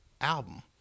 album